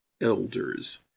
elders